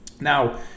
Now